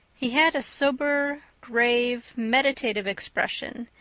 he had a sober, grave, meditative expression,